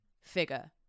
figure